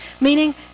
Meaning